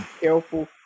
careful